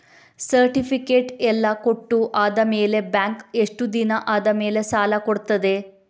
Certificate ಎಲ್ಲಾ ಕೊಟ್ಟು ಆದಮೇಲೆ ಬ್ಯಾಂಕ್ ಎಷ್ಟು ದಿನ ಆದಮೇಲೆ ಸಾಲ ಕೊಡ್ತದೆ?